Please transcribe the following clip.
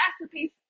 masterpiece